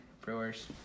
Brewers